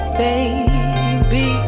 baby